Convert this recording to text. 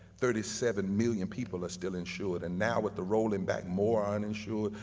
thirty seven million people are still insured and now with the rolling back more uninsured,